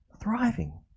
thriving